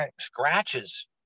scratches